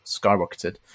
skyrocketed